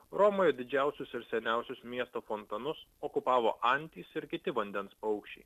romoje didžiausius ir seniausius miesto fontanus okupavo antys ir kiti vandens paukščiai